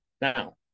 Now